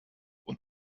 und